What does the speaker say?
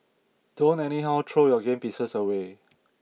don't anyhow throw your game pieces away